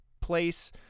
place